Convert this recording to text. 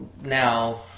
now